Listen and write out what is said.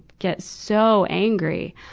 get so angry.